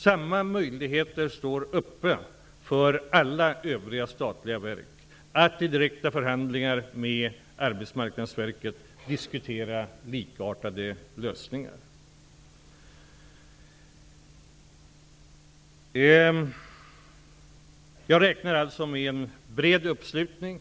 Samma möjligheter att i direkta förhandlingar med Arbetsmarknadsverket diskutera likartade lösningar står öppna för alla övriga statliga verk. Jag räknar alltså med en bred uppslutning.